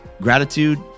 gratitude